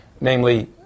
Namely